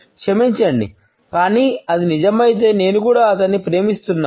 క్షమించండి కానీ అది నిజమైతే నేను కూడా అతన్ని ప్రేమిస్తున్నాను